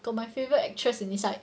got my favourite actress inside